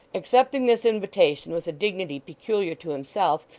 accepting this invitation with a dignity peculiar to himself,